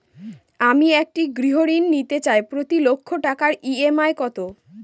আমি একটি গৃহঋণ নিতে চাই প্রতি লক্ষ টাকার ই.এম.আই কত?